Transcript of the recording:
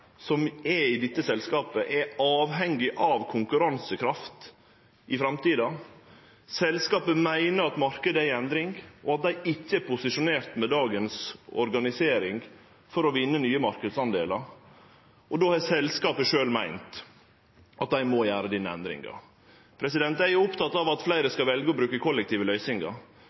i dette selskapet, er avhengige av konkurransekraft i framtida. Selskapet meiner at marknaden er i endring, og at dei ikkje er posisjonert med dagens organisering for å vinne nye marknadsdelar. Då har selskapet sjølv meint at dei må gjere denne endringa. Eg er oppteken av at fleire skal velje å bruke kollektive løysingar.